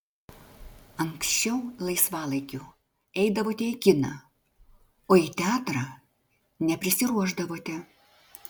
anksčiau laisvalaikiu eidavote į kiną o į teatrą neprisiruošdavote